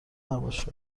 نباشه